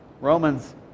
romans